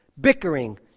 Bickering